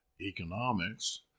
economics